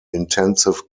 intensive